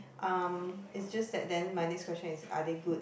um is just that then my next question is are they good